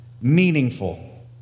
meaningful